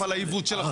בגלל הנראות.